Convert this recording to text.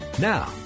Now